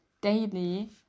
daily